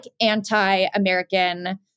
anti-American